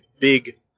big